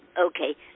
Okay